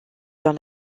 dans